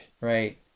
Right